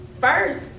first